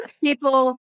people